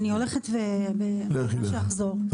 אני הולכת ומקווה שאחזור.